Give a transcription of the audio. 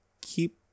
keep